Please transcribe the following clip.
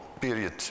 period